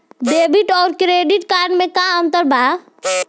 Debit आउर credit card मे का अंतर बा?